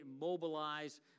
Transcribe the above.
mobilize